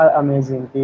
amazing